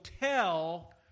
tell